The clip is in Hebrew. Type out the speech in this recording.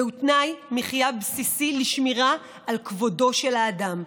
זהו תנאי מחיה בסיסי לשמירה על כבודו של האדם.